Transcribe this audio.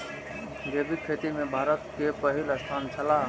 जैविक खेती में भारत के पहिल स्थान छला